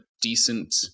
decent